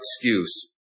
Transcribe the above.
excuse